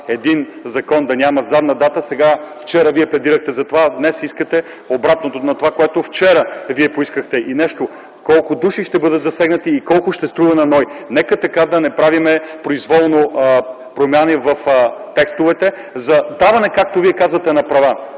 един закон да няма задна дата (вчера пледирахте за това, а днес искате обратното на това, което вчера поискахте), колко души ще бъдат засегнати и колко ще струва на НОИ? Нека да не правим произволно промени в текстовете за даване, както Вие казвате, на права.